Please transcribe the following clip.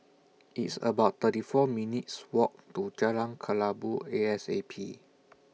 It's about thirty four minutes' Walk to Jalan Kelabu A S A P